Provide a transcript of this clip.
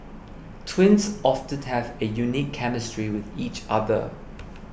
twins often have a unique chemistry with each other